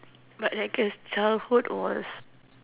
but I can still tell who was